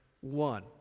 one